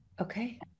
Okay